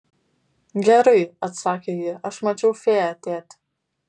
gerai atsakė ji aš mačiau fėją tėti